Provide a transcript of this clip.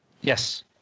Yes